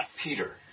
Peter